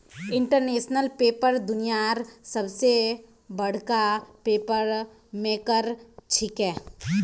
international Paper दुनियार सबस बडका पेपर मेकर छिके